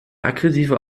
aggressive